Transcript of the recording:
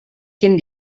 quin